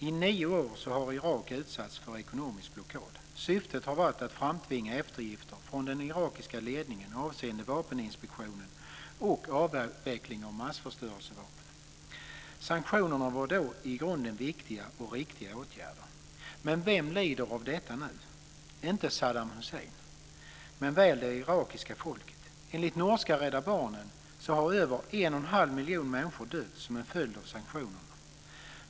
I nio år har Irak utsatts för ekonomisk blockad. Syftet har varit att framtvinga eftergifter från den irakiska ledningen avseende vapeninspektionen och avveckling av massförstörelsevapen. Sanktionerna var då i grunden viktiga och riktiga åtgärder. Men vem lider av detta nu? Inte Saddam Hussein, men väl det irakiska folket. Enligt norska Rädda Barnen har över 1,5 miljoner människor dött som en följd av sanktionerna.